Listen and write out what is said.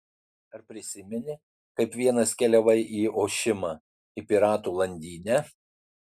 ar prisimeni kaip vienas keliavai į ošimą į piratų landynę